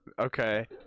okay